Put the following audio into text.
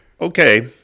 Okay